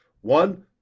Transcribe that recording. One